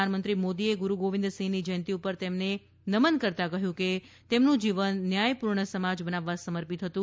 પ્રધાનમંત્રી મોદીએ ગુરૂ ગોવિન્દ સિંહની જયંતી પર તેમને નમન કરતા કહ્યું કે તેમનું જીવન ન્યાયપૂર્ણ સમાજ બનાવવા સમર્પિત હતું